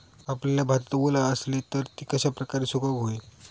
कापलेल्या भातात वल आसली तर ती कश्या प्रकारे सुकौक होई?